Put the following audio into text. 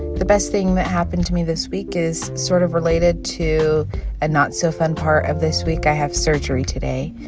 the best thing that happened to me this week is sort of related to a not-so-fun part of this week. i have surgery today.